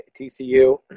TCU